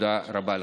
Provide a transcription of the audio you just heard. תודה רבה לכם.